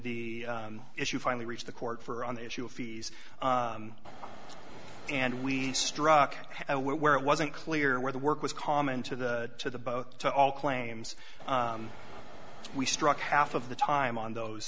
the issue finally reached the court for on the issue of fees and we struck where it wasn't clear where the work was common to the to the boat to all claims we struck half of the time on those